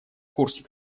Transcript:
курсе